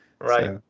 right